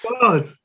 God